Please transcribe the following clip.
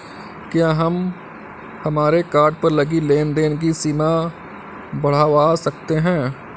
क्या हम हमारे कार्ड पर लगी लेन देन की सीमा बढ़ावा सकते हैं?